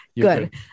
Good